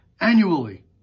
annually